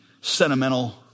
sentimental